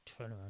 turnaround